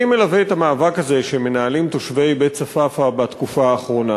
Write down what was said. אני מלווה את המאבק הזה שמנהלים תושבי בית-צפאפא בתקופה האחרונה,